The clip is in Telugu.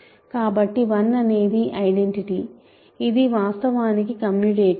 కాబట్టి 1 అనేది ఐడెంటిటి ఇది వాస్తవానికి కమ్యూటేటివ్